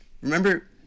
remember